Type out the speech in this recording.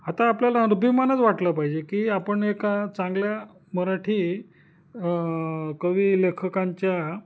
आता आपल्याला अभिमानच वाटला पाहिजे की आपण एका चांगल्या मराठी कवि लेखकांच्या